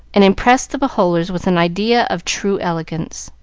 and impress the beholders with an idea of true elegance.